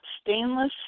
stainless